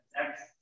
next